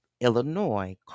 Illinois